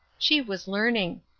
she was learning.